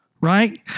right